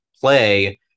play